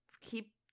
keep